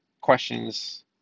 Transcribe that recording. questions